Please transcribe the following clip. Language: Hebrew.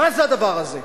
מה זה הדבר הזה?